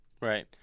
Right